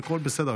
והכול בסדר,